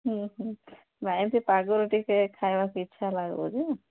ହୁଁ ହୁଁ ନାହିଁ ସେ ପାଗରୁ ଟିକିଏ ଖାଇବାକୁ ଇଚ୍ଛା ଲାଗିବା ଯେ